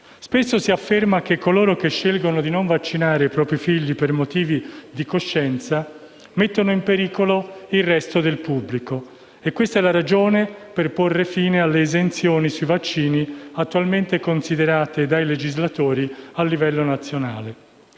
Spesso si afferma che coloro che scelgono di non vaccinare i propri figli per motivi di coscienza mettono in pericolo il resto del pubblico e questa è la ragione per porre fine alle esenzioni sui vaccini, attualmente considerate dai legislatori a livello nazionale.